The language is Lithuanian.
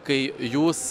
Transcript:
kai jūs